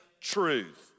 truth